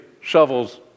shovels